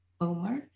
Omar